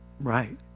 right